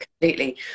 completely